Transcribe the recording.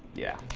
yeah.